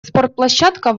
спортплощадка